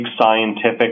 scientific